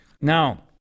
Now